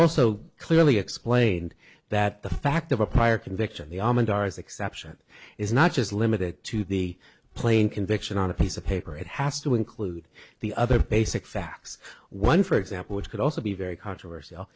also clearly explained that the fact of a prior conviction the almond ours exception is not just limited to the plane conviction on a piece of paper it has to include the other basic facts one for example which could also be very controversial